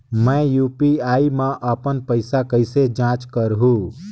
मैं यू.पी.आई मा अपन पइसा कइसे जांच करहु?